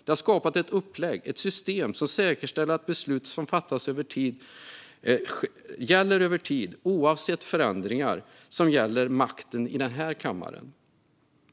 Detta har skapat ett upplägg och ett system som säkerställer att beslut håller över tid oavsett förändringar vad gäller makten i denna kammare.